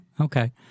okay